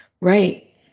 Right